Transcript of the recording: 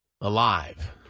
alive